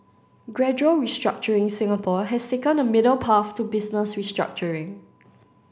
gradual restructuring Singapore has taken a middle path to business restructuring